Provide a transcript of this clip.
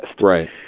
Right